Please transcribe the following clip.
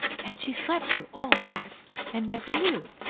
and she slept through all that and never knew!